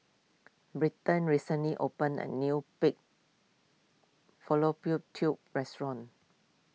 Britton recently opened a new Pig Fallopian Tubes restaurant